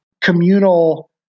communal